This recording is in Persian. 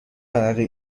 ورقه